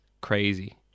crazy